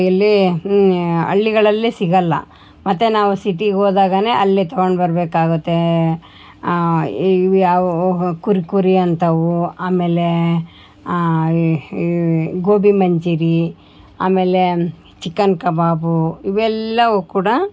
ಇಲ್ಲಿ ಹಳ್ಳಿಗಳಲ್ಲಿ ಸಿಗಲ್ಲ ಮತ್ತು ನಾವು ಸಿಟಿಗೆ ಹೋದಾಗ ಅಲ್ಲಿ ತಗೊಂಡ್ಬರಬೇಕಾಗುತ್ತೆ ಇವು ಯಾವುವು ಕುರ್ಕುರಿ ಅಂಥವು ಆಮೇಲೆ ಈ ಈ ಗೋಬಿ ಮಂಚುರಿ ಆಮೇಲೆ ಚಿಕನ್ ಕಬಾಬು ಇವೆಲ್ಲ ಕೂಡ